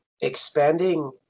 expanding